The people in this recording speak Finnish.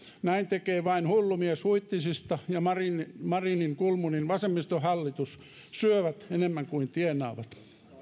näin tekee vain hullu mies huittisista ja marinin marinin kulmunin vasemmistohallitus syövät enemmän kuin tienaavat